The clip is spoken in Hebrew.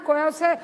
ארנק, הוא היה עושה,